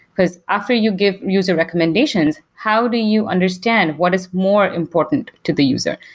because after you give user recommendations, how do you understand what is more important to the user,